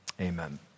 Amen